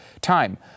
time